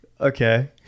Okay